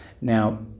Now